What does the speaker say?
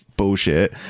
bullshit